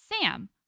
Sam